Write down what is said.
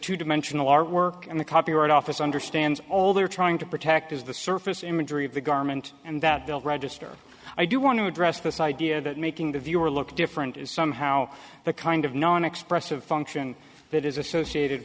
dimensional artwork and the copyright office understands all they're trying to protect is the surface imagery of the garment and that build register i do want to address this idea that making the viewer look different is somehow the kind of non expressive function that is associated